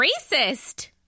racist